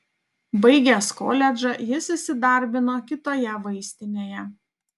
baigęs koledžą jis įsidarbino kitoje vaistinėje